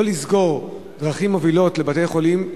לא לסגור דרכים מובילות לבתי-חולים,